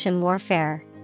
Warfare